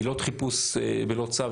עילות חיפוש בלא צו,